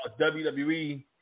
WWE